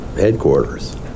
headquarters